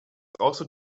also